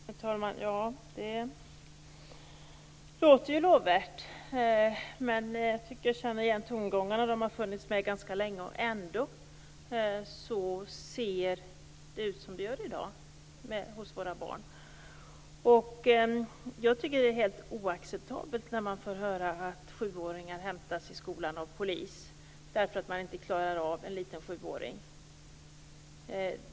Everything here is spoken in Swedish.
Herr talman! Detta låter lovvärt men jag tycker mig känna igen tongångarna. De har funnits med ganska länge. Ändå ser det ut som det gör i dag när det gäller våra barn. Jag tycker att det är helt oacceptabelt att behöva höra att sjuåringar hämtas i skolan av polis därför att man inte klarar av en liten sjuåring.